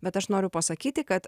bet aš noriu pasakyti kad